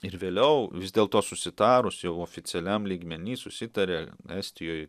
ir vėliau vis dėlto susitarus jau oficialiam lygmeny susitarė estijoj